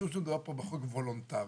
משום שמדובר בחוק וולונטרי,